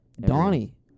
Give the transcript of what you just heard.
Donnie